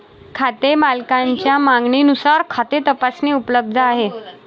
खाते मालकाच्या मागणीनुसार खाते तपासणी उपलब्ध आहे